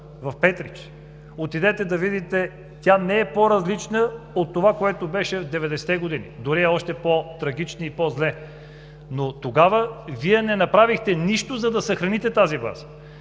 в Петрич. Отидете да видите – тя не е по-различна от онова, което беше през 90-те години, дори е още по-трагична, още по-зле. Тогава Вие не направихте нищо, за да съхраните тази база.